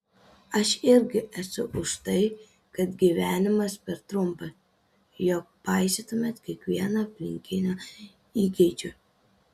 aš irgi esu už tai kad gyvenimas per trumpas jog paisytumei kiekvieno aplinkinio įgeidžių